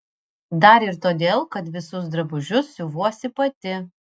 dar ir todėl kad visus drabužius siuvuosi pati